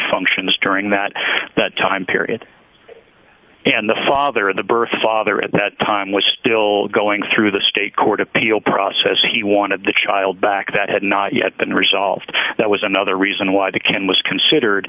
functions during that time period and the father of the birth father at that time was still going through the state court appeal process he wanted the child back that had not yet been resolved that was another reason why the can was considered